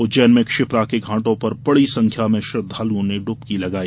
उज्जैन में क्षिप्रा के घाटों पर बड़ी संख्या में श्रद्वालुओं ने डुबकी लगाई